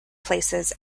places